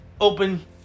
Open